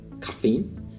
caffeine